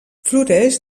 floreix